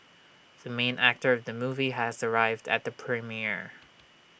the main actor of the movie has arrived at the premiere